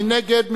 מי נגד?